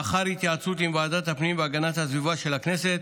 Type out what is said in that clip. לאחר התייעצות עם ועדת הפנים והגנת הסביבה של הכנסת,